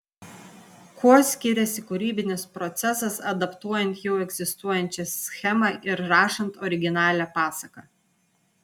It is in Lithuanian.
kuo skiriasi kūrybinis procesas adaptuojant jau egzistuojančią schemą ir rašant originalią pasaką